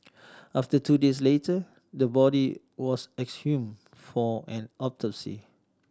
after two days later the body was exhume for an autopsy